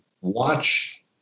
watch